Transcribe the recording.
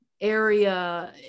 area